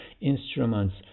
instruments